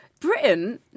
Britain